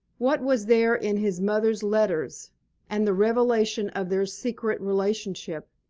what was there in his mother's letters and the revelation of their secret relationship,